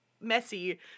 messy